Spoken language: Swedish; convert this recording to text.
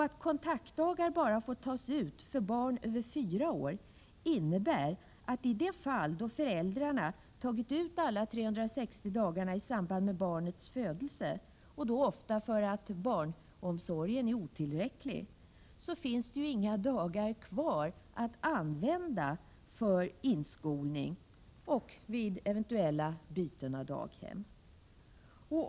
Att kontaktdagar bara får tas ut för barn över fyra år innebär att i det fall då föräldrarna tagit ut alla 360 dagarna i samband med barnets födelse, och då ofta därför att barnomsorgen är otillräcklig, finns det ju inga dagar kvar att använda för inskolning eller vid eventuella byten av daghem.